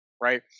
right